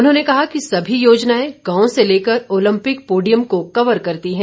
उन्होंने कहा कि सभी योजनाए गांव से लेकर ओलंपिक पोडियम को कवर करती है